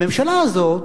הממשלה הזאת,